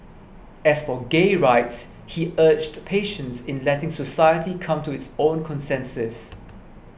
as for gay rights he urged patience in letting society come to its own consensus